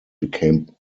became